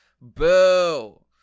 Boo